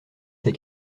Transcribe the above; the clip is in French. ces